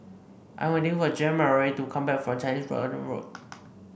I'm waiting for Jeanmarie to come back from Chinese Garden Road